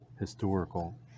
Historical